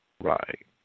Right